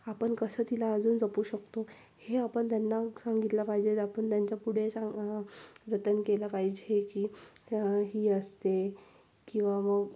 आपण कसं तिला अजून जपू शकतो हे आपण त्यांना सांगितलं पाहिजे आपण त्यांच्या पुढे सांग जतन केलं पाहिजे की ही असते किंवा मग